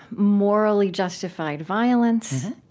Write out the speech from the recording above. morally justified violence,